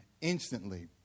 instantly